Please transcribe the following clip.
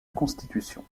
constitution